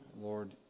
Lord